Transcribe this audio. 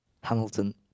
Hamilton